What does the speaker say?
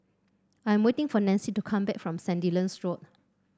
I am waiting for Nancie to come back from Sandilands Road